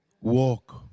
walk